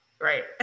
Right